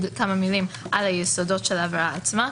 כמה מילים על היסודות של העבירה עצמה,